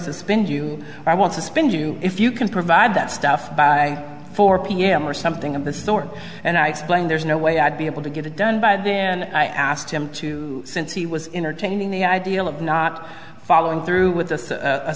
suspend you i want to spend you if you can provide that stuff by four pm or something of the sort and i explained there's no way i'd be able to get it done by then i asked him to since he was entertaining the idea of not following through with the